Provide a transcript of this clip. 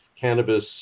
cannabis